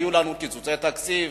הביאו לנו קיצוצי תקציב